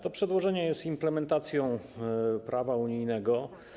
To przedłożenie jest implementacją prawa unijnego.